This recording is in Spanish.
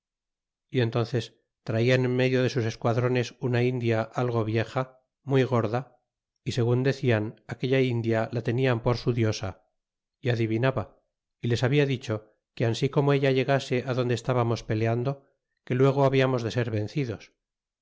y entánces traian en medio de sus esquadrones una india algo vieja muy gorda y segun decian aquella india la tenian por su diosa y adivinaba y les habia dicho que ansi como ella llegase adonde estábamos peleando que luego habiamos